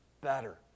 better